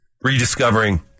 Rediscovering